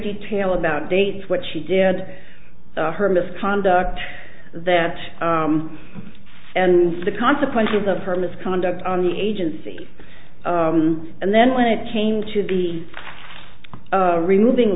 detail about dates what she did her misconduct that and the consequences of her misconduct on the agency and then when it came to be removing